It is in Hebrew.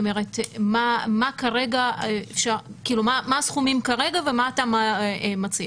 מה הסכומים כרגע ומה אתה מציע?